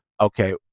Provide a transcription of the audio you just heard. okay